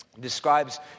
Describes